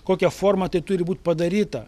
kokia forma tai turi būt padaryta